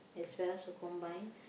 as well as to combine